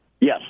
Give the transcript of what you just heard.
Yes